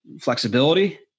Flexibility